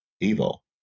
evil